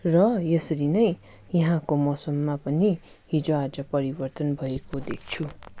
र यसरी नै यहाँको मौसममा पनि हिजोआज परिवर्तन भएको देख्छु